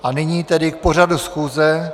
A nyní tedy k pořadu schůze.